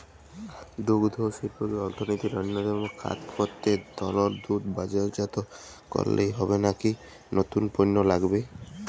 দুগ্ধশিল্পকে অর্থনীতির অন্যতম খাত করতে তরল দুধ বাজারজাত করলেই হবে নাকি নতুন পণ্য লাগবে?